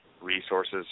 resources